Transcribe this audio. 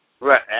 Right